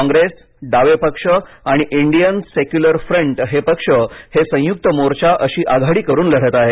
कॉंग्रेस डावे पक्ष आणि इंडियन सेक्युलर फ्रंट हे पक्ष हे संयुक्त मोर्चा अशी आघाडी करून लढत आहेत